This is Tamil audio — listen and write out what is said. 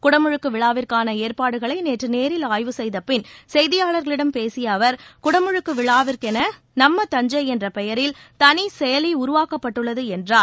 குடமுழுக்கு விழாவிற்கான ஏற்பாடுகளை நேற்று நேரில் ஆய்வு செய்தபின் செய்தியாளர்களிடம் பேசிய அவர் குடமுழுக்கு விழாவிற்கென நம்ம தஞ்சை என்ற பெயரில் தனி செயலி உருவாக்கப்பட்டுள்ளது என்றார்